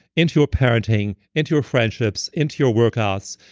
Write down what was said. into your parenting, into your friendships, into your workouts,